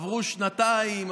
עברו שנתיים,